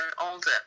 older